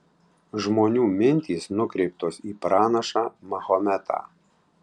žmonių mintys nukreiptos į pranašą mahometą